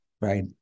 Right